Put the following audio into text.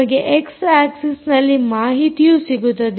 ನಿಮಗೆ ಎಕ್ಸ್ ಆಕ್ಸಿಸ್ನಲ್ಲಿ ಮಾಹಿತಿಯು ಸಿಗುತ್ತದೆ